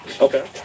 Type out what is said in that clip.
Okay